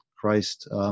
Christ